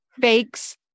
fakes